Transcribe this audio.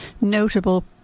notable